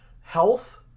health